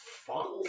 Fuck